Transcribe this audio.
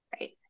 Right